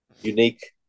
unique